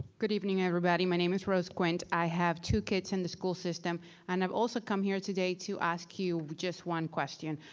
good evening, everybody. my name is rose quint. i have two kids in the school system and i've also come here today to ask you just one question.